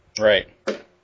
Right